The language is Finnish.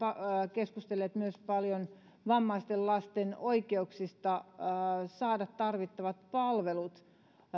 keskustelleet myös paljon vammaisten lasten oikeuksista saada tarvittavat palvelut